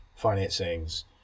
financings